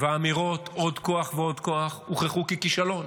ואמירות "עוד כוח ועוד כוח" הוכחו ככישלון.